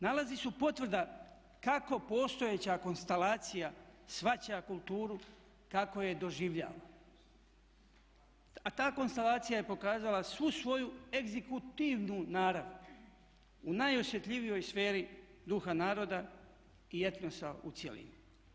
Nalazi su potvrda kako postojeća konstalacija shvaća kulturu, kako je doživljava, a ta konstalacija je pokazala svu svoju egzikutivnu narav u najosjetljivijoj sferi duha naroda i etnosa u cjelini.